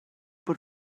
bod